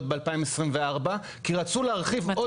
ב-2024 כי רצו להרחיב עוד יותר את הייצוא.